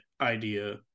idea